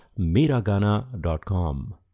MiraGana.com